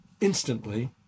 instantly